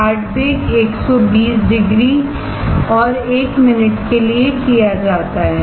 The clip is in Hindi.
हार्ड बेक 120 डिग्री पर और 1 मिनट के लिए किया जाता है